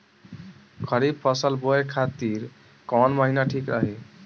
खरिफ फसल बोए खातिर कवन महीना ठीक रही?